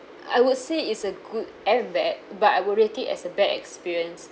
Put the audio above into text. I would say is a good and bad but I would rate it as a bad experience